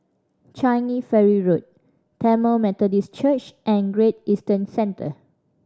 Changi Ferry Road Tamil Methodist Church and Great Eastern Centre